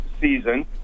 season